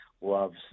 loves